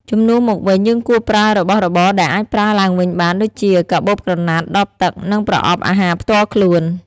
ជំនួសមកវិញ យើងគួរប្រើរបស់របរដែលអាចប្រើឡើងវិញបានដូចជាកាបូបក្រណាត់ ដបទឹក និងប្រអប់អាហារផ្ទាល់ខ្លួន។